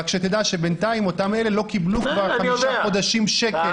רק שתדע שבינתיים אותם אלה לא קיבלו כבר חמישה חודשים שקל.